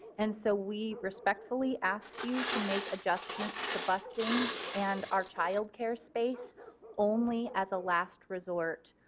and so we respectfully ask you to make adjustments to busing and our childcare space only as a last resort.